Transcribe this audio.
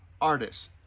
artists